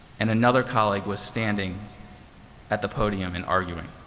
and another colleague was standing at the podium and arguing.